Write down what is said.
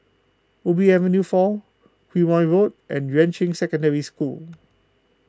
Ubi Avenue four Quemoy Road and Yuan Ching Secondary School